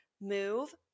move